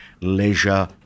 leisure